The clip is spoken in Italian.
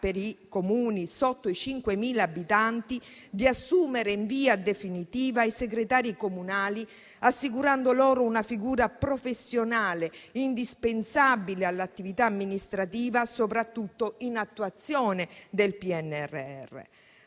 per i Comuni al di sotto dei 5.000 abitanti, di assumere in via definitiva i segretari comunali, assicurando loro una figura professionale indispensabile all'attività amministrativa, soprattutto in attuazione del PNRR.